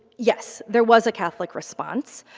yes there was a catholic response.